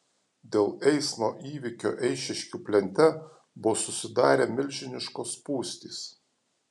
dėl eismo įvykio eišiškių plente buvo susidarę milžiniškos spūstys